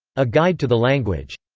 a guide to the language.